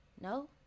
No